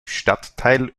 stadtteil